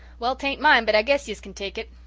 well, tain't mine but i guess yez kin take it.